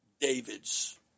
David's